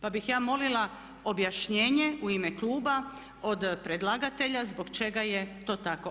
Pa bih ja molila objašnjenje u ime Kluba od predlagatelja zbog čega je to tako.